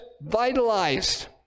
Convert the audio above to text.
vitalized